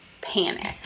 panic